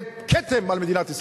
זה כתם על מדינת ישראל.